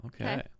Okay